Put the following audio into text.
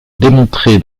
démontré